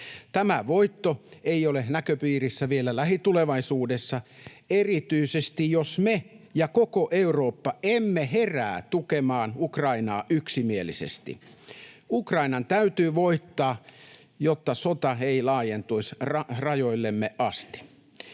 Tämä voitto ei ole näköpiirissä vielä lähitulevaisuudessa, etenkään jos me ja koko Eurooppa emme herää tukemaan Ukrainaa yksimielisesti. Ukrainan täytyy voittaa, jotta sota ei laajentuisi rajoillemme asti.